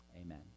Amen